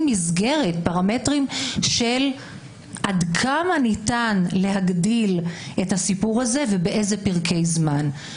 מסגרת עד כמה ניתן להגדיל את הסיפור הזה ובאיזה פרקי זמן.